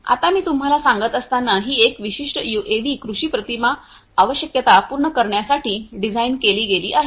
आता मी तुम्हाला सांगत असताना ही एक विशिष्ट यूएव्ही कृषी प्रतिमा आवश्यकता पूर्ण करण्यासाठी डिझाइन केली गेली आहे